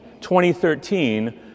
2013